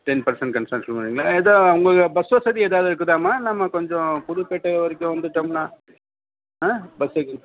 ten percent எதோ உங்களுக்கு bus வசதி எதாவது இருக்குதாமா நம்ம கொஞ்சம் புதுப்பேட்டை வரைக்கும் வந்துவிட்டோம்னா ஆ பஸ்ஸு